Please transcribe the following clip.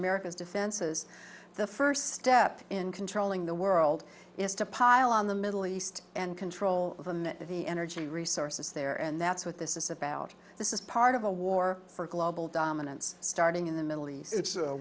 america's defenses the first step in controlling the world is to pile on the middle east and control of a minute of the energy resources there and that's what this is about this is part of a war for global dominance starting in the middle east